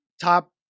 top